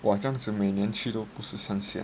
!wah! 这样子每年去都不是很 sian